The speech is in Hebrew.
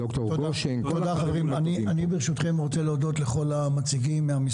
סגן שר החקלאות ופיתוח הכפר משה אבוטבול: ד"ר גשן.